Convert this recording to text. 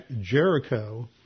Jericho